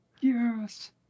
Yes